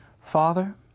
Father